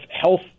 health